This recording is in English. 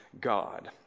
God